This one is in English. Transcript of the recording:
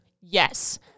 yes